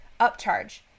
upcharge